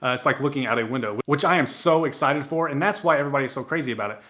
ah it's like looking at a window, which i'm so excited for. and that's why everybody is so crazy about it.